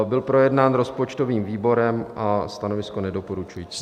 Byl projednán rozpočtovým výborem a stanovisko nedoporučující.